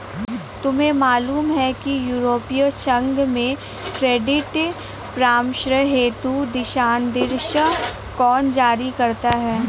तुम्हें मालूम है कि यूरोपीय संघ में क्रेडिट परामर्श हेतु दिशानिर्देश कौन जारी करता है?